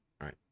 right